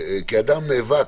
כי אדם נאבק,